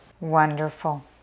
Wonderful